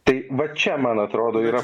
tai vat čia man atrodo yra